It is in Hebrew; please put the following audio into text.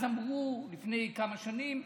אז אמרו לפני כמה שנים,